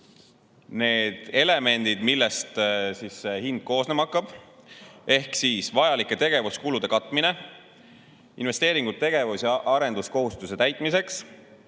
need elemendid, millest see hind koosnema hakkab: vajalike tegevuskulude katmine, investeeringud tegevus‑ ja arenduskohustuse täitmiseks,